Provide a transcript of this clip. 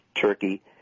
Turkey